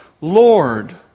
Lord